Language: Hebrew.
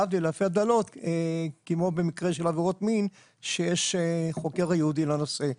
להבדיל אלפי הבדלות כמו במקרה של עבירות מין שיש חוקר ייעודי לנושא.